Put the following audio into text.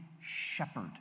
Shepherd